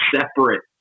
separate